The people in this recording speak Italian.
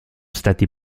stati